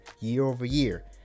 year-over-year